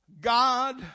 God